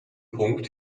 punkt